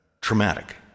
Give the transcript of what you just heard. traumatic